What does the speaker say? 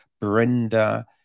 Brenda